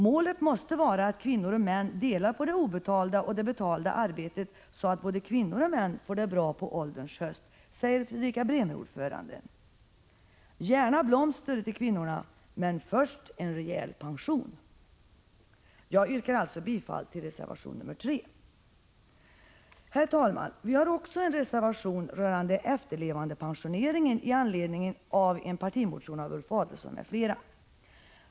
”Målet måste vara att kvinnor och män delar på det obetalda och det betalda arbetet, så att både kvinnor och män får det bra på ålderns höst”, säger Fredrika Bremer-ordföranden. Gärna blomster till kvinnorna, men först en rejäl pension! Jag yrkar bifall till reservation nr 3. Herr talman! Vi har också en reservation rörande efterlevandepensioneringen. Reservationen har föranletts av en partimotion av Ulf Adelsohn m.fl.